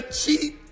cheap